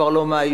כבר לא מהיום.